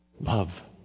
Love